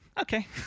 okay